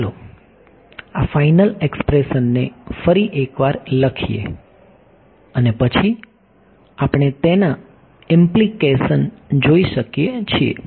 તો ચાલો આ ફાઈનલ એક્સપ્રેશનને ફરી એક વાર લખીએ અને પછી આપણે તેના ઈમ્પલીકેશન જોઈ શકીએ છીએ